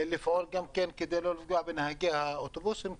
לפעול גם כדי לא לפגוע בנהגי האוטובוסים,